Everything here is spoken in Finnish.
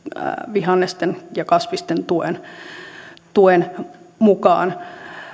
vihannesten ja kasvisten tuen tuen mukaan